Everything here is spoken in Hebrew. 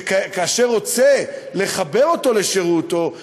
שכאשר הוא רוצה לחבר אותו לשירותו,